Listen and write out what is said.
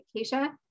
Keisha